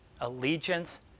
allegiance